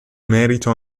merito